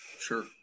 Sure